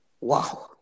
wow